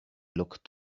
look